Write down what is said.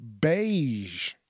Beige